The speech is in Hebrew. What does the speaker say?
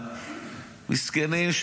מסכנים,